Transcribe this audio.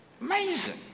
Amazing